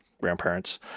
grandparents